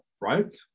right